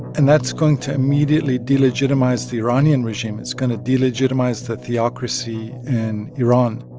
and that's going to immediately delegitimize the iranian regime. it's going to delegitimize the theocracy in iran.